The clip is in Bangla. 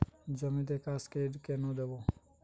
জমিতে কাসকেড কেন দেবো?